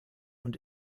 und